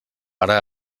ara